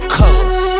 colors